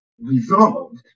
resolved